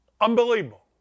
Unbelievable